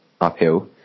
uphill